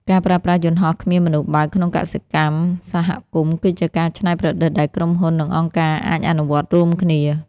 ការប្រើប្រាស់យន្តហោះគ្មានមនុស្សបើកក្នុងកសិកម្មសហគមន៍ គឺជាការច្នៃប្រឌិតដែលក្រុមហ៊ុន និងអង្គការអាចអនុវត្តរួមគ្នា។